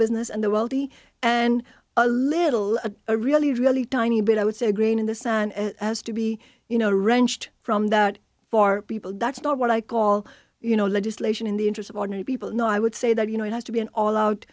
business and the wealthy and a little a really really tiny bit i would say grain in the sand has to be you know wrenched from that for people that's not what i call you know legislation in the interest of ordinary people no i would say that you know it has to be an all out